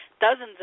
dozens